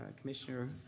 Commissioner